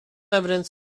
evidence